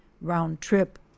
round-trip